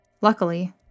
Luckily